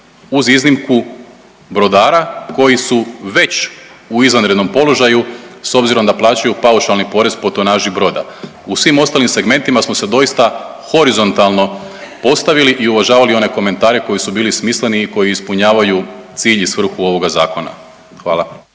uz iznimku brodara koji su već u izvanrednom položaju s obzirom da plaćaju paušalni porez po tonaži broda. U svim ostalim segmentima smo se doista horizontalno postavili u uvažavali one komentare koji su bili smisleni i koji ispunjavaju cilj i svrhu ovoga zakona. Hvala.